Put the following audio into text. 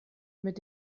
mit